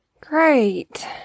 Great